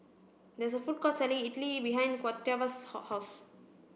there is a food court selling idly behind Octavia's house